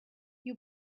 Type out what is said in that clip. you